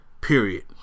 Period